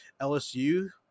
LSU